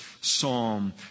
psalm